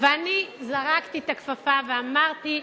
ואני זרקתי את הכפפה ואמרתי,